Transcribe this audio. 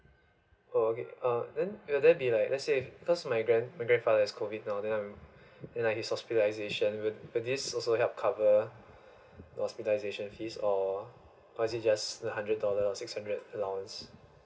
oh okay uh then will there be like let say because my grand my grandfather is COVID now then um he hospitalization with with this also cover the hospitalization fees or was it just a hundred dollar or six hundred allowance